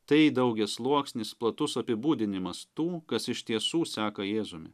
tai daugiasluoksnis platus apibūdinimas tų kas iš tiesų seka jėzumi